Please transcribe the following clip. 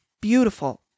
beautiful